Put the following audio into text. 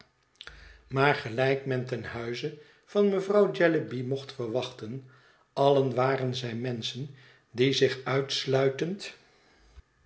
maar gelijk men ten huize van mevrouw jellyby mocht verwachten allen waren zij menschen die zich uitsluitend